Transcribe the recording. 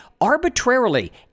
arbitrarily